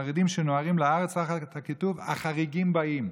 חרדים שנוהרים לארץ תחת הכיתוב: החרדים באים.